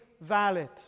valid